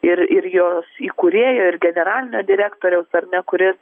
ir ir jos įkūrėjo ir generalinio direktoriaus ar ne kuris